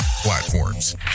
platforms